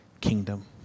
kingdom